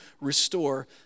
restore